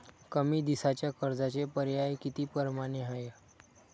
कमी दिसाच्या कर्जाचे पर्याय किती परमाने हाय?